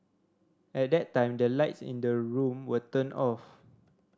at that time the lights in the room were turned off